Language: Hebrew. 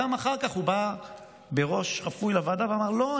גם אחר כך הוא בא בראש חפוי לוועדה ואמר: לא,